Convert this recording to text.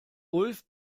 ulf